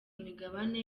imigabane